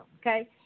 Okay